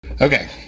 Okay